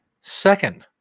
second